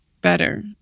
better